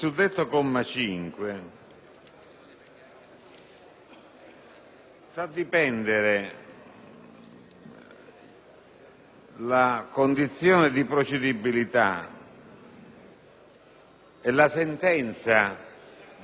fa dipendere la condizione di procedibilità della sentenza di non luogo a procedere